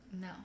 No